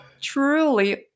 truly